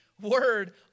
Word